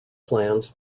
plans